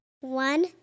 One